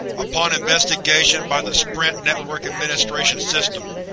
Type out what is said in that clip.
upon investigation by the sprint network administration system,